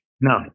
No